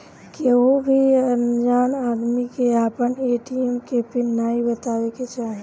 केहू भी अनजान आदमी के आपन ए.टी.एम के पिन नाइ बतावे के चाही